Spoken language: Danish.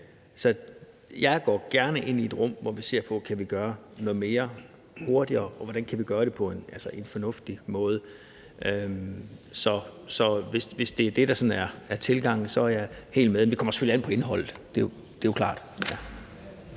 Så jeg går gerne ind i et rum, hvor vi ser på, om vi kan gøre noget mere hurtigere, og hvordan vi kan gøre det på en fornuftig måde. Så hvis det er det, der sådan er tilgangen, er jeg helt med, men det kommer selvfølgelig an på indholdet, det er jo klart.